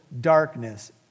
darkness